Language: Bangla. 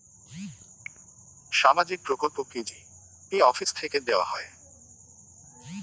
সামাজিক প্রকল্প কি জি.পি অফিস থেকে দেওয়া হয়?